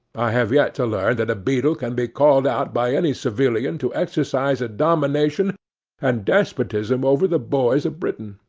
i have yet to learn that a beadle can be called out by any civilian to exercise a domination and despotism over the boys of britain.